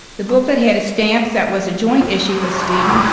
the booklet had a stamp that was a joint issue with sweden.